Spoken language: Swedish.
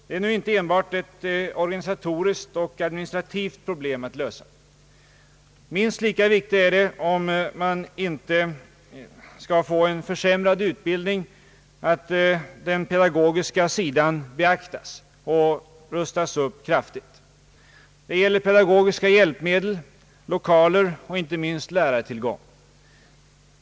Det är inte enbart ett organisatoriskt och administrativt problem att lösa. Minst lika viktigt är det, för att man inte skall få en försämrad utbildning, att den pedagogiska sidan beaktas och rustas upp kraftigt. Det är fråga om pedagogiska hjälpmedel, lokaler och inte minst lärartillgång.